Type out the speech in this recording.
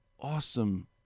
Awesome